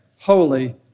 holy